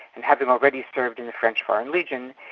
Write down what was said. and having already served in the french foreign legion,